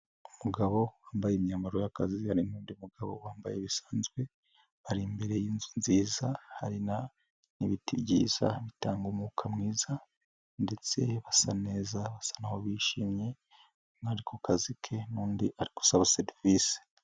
Umugabo wambaye imyambaro y'akazi, hari n'undi mugabo wambaye bisanzwe, bari imbere yinzu nziza, hari n'ibiti byiza bitanga umwuka mwiza ndetse basa neza, basa naho bishimye umwe ari ku kazi ke n'undi ari gusaba serivisi.